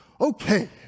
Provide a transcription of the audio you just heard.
Okay